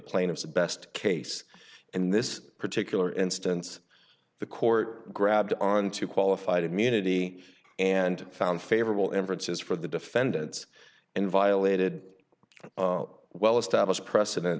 plaintiff's best case and this particular instance the court grabbed on to qualified immunity and found favorable inferences for the defendants and violated well established precedent